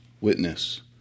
Witness